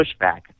pushback